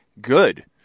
Good